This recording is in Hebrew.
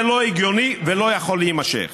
זה לא הגיוני ולא יכול להימשך.